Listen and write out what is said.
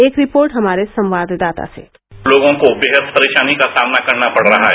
एक रिपोर्ट हमारे संवाददाता सेः लोगों को बेहद गर्मी का सामना करना पड़ रहा है